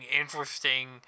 interesting